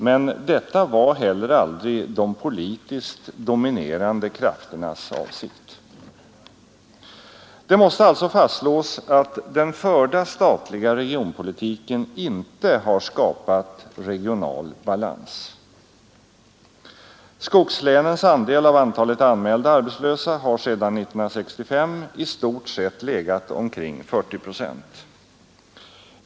Men detta var heller aldrig de politiskt dominerande krafternas avsikt. Det måste alltså fastslås att den förda statliga regionpolitiken inte har skapat regional balans. Skogslänens andel av antalet anmälda arbetslösa har sedan 1965 i stort sett legat omkring 40 procent.